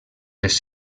les